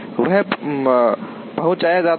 वह पहुँचाया जाता है